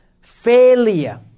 Failure